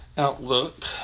Outlook